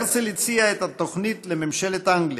הרצל הציע את התוכנית לממשלת אנגליה,